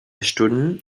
stunden